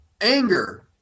anger